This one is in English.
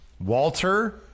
Walter